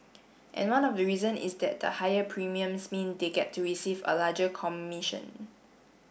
and one of the reason is that the higher premiums mean they get to receive a larger commission